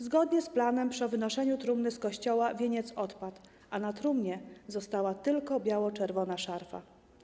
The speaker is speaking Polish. Zgodnie z planem przy wynoszeniu trumny z kościoła wieniec odpadł, a na trumnie została tylko biało-czerwona szarfa.